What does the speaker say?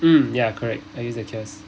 mm ya correct I used the kiosk